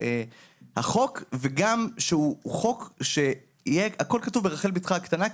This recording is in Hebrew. החוק וגם שהוא חוק שהכול כתוב בו ברחל בתך הקטנה,